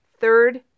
third